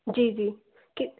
जी जी कि